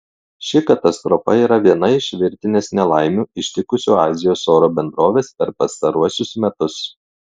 ši katastrofa yra viena iš virtinės nelaimių ištikusių azijos oro bendroves per pastaruosius metus